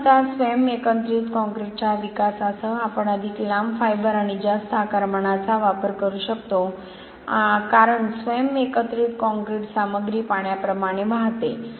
म्हणून आता स्वयं एकत्रित काँक्रीटच्या विकासासह आपण अधिक लांब फायबरआणि जास्त आकारमानाचा वापर करू शकतो कारण स्वयं एकत्रित काँक्रीट सामग्री पाण्याप्रमाणे वाहते